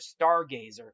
stargazer